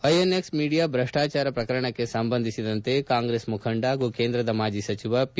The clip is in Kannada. ಐನೆಕ್ಸ್ ಮೀಡಿಯಾ ಭ್ರಷ್ಟಾಚಾರ ಪ್ರಕರಣಕ್ಕೆ ಸಂಬಂಧಿಸಿದಂತೆ ಕಾಂಗ್ರೆಸ್ ಮುಖಂಡ ಹಾಗೂ ಕೇಂದ್ರದ ಮಾಜಿ ಸಚಿವ ಪಿ